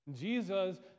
Jesus